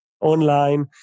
online